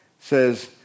says